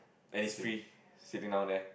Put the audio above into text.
and it's free sitting down there